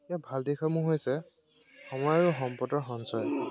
এতিয়া ভাল দিশসমূহ হৈছে সময় আৰু সম্পদৰ সঞ্চয়